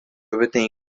peteĩ